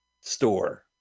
Store